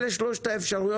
אלה שלוש האפשרויות.